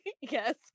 Yes